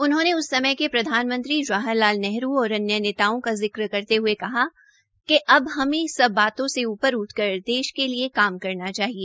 उन्होंने उस समय प्रधानमंत्री जवाहर लाल नेहरू और अन्य नेताओं का जिक्र करते हये कहा कि अब हमें सब बातों से ऊपर उठकर देश के लिए काम करना चाहिए